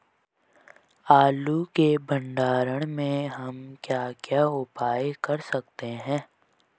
आलू के भंडारण में हम क्या क्या उपाय कर सकते हैं?